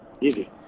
easy